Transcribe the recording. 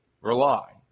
rely